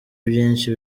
byinshi